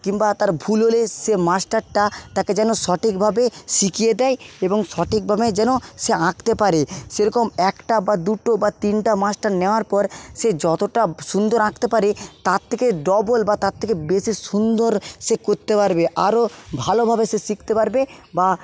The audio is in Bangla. কিংবা তার ভুল হলে সে মাস্টারটা তাকে যেন সঠিকভাবে শিখিয়ে দেয় এবং সঠিকভাবে যেন সে আঁকতে পারে সেরকম একটা বা দুটো বা তিনটে মাস্টার নেওয়ার পর সে যতটা সুন্দর আঁকতে পারে তার থেকে ডবল বা তার থেকে বেশি সুন্দর সে করতে পারবে আরও ভালোভাবে সে শিখতে পারবে বা